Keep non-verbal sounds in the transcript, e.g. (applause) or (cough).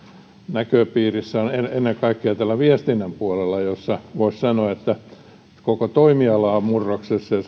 näköpiirissä ennen kaikkea tällä viestinnän puolella jossa voisi sanoa koko toimiala on murroksessa ja (unintelligible)